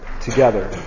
together